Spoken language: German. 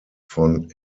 von